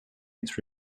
its